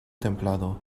templado